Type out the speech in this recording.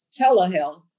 telehealth